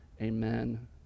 Amen